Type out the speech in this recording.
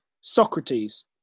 Socrates